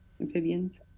amphibians